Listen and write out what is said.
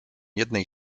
jednej